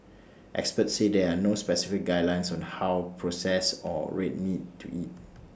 experts said there are no specific guidelines on how processed or red meat to eat